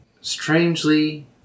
strangely